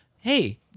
hey